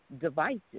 devices